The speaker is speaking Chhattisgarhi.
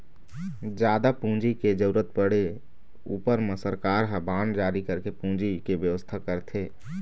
जादा पूंजी के जरुरत पड़े ऊपर म सरकार ह बांड जारी करके पूंजी के बेवस्था करथे